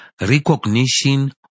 recognition